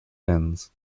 fins